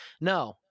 no